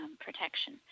protection